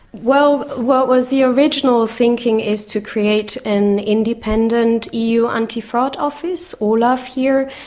well, what was the original thinking is to create an independent eu antifraud office, olaf, here.